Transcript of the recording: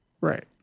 Right